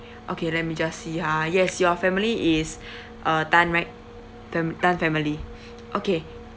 okay let me just see ha yes your family is uh tan right fam~ uh tan family okay